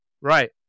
right